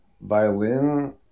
violin